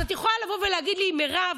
אז את יכולה לבוא ולהגיד לי: מירב,